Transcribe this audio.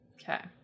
Okay